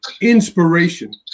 inspiration